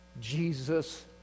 Jesus